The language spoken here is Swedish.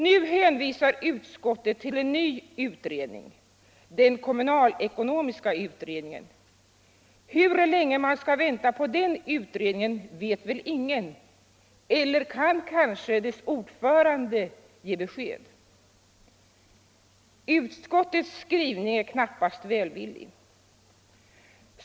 Nu hänvisar utskottet till en ny utredning, den kommunalekonomiska utredningen. Hur länge man skall vänta på den utredningen vet väl ingen — eller kan måhända dess ordförande ge besked? Utskottets skrivning är knappast välvillig.